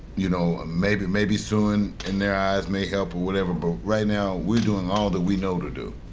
you know, maybe maybe suing in their eyes may help, but whatever. but right now, we doing all that we know to do.